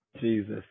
Jesus